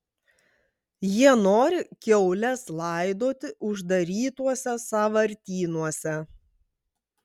jie nori kiaules laidoti uždarytuose sąvartynuose